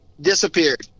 disappeared